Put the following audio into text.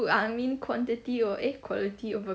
but I mean quantity of eh quality of a